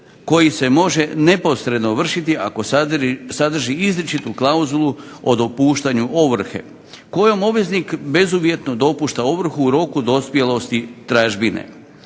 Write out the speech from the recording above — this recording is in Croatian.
koji se može neposredno vršiti ako sadrži izričitu klauzulu o dopuštanju ovrhe kojom obveznik bezuvjetno dopušta ovrhu u roku dospjelosti tražbine.